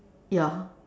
ya